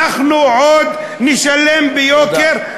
אנחנו עוד נשלם ביוקר, תודה.